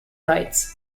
rights